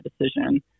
decision